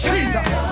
Jesus